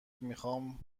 میخام